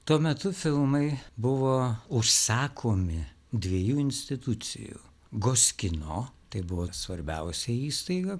tuo metu filmai buvo užsakomi dviejų institucijų goskino tai buvo svarbiausia įstaiga